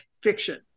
fiction